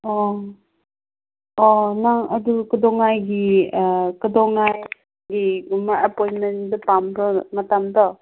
ꯑꯣ ꯑꯣ ꯅꯪ ꯑꯗꯨ ꯀꯩꯗꯧꯉꯩꯒꯤ ꯀꯩꯗꯧꯉꯩꯒꯤ ꯒꯨꯝꯕ ꯑꯦꯄꯣꯏꯟꯃꯦꯟꯗꯨ ꯄꯥꯝꯕ꯭ꯔꯣ ꯃꯇꯝꯗꯣ